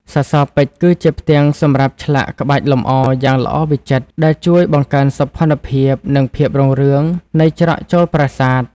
សសរពេជ្រ គឺជាផ្ទាំងសម្រាប់ឆ្លាក់ក្បាច់លម្អយ៉ាងល្អវិចិត្រ ដែលជួយបង្កើនសោភ័ណភាព និងភាពរុងរឿងនៃច្រកចូលប្រាសាទ។